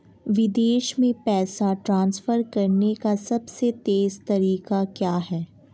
विदेश में पैसा ट्रांसफर करने का सबसे तेज़ तरीका क्या है?